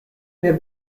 mehr